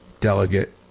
Delegate